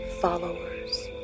followers